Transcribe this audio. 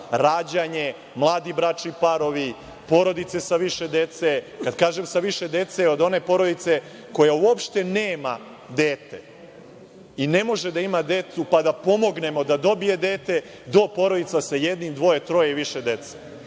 rađanje, mladi bračni parovi, porodice sa više dece. Kad kažem sa više dece, od one porodice koja uopšte nema dete i ne može da ima decu, pa da pomognemo da dobije dete, do porodice sa jednim, dvoje, troje i više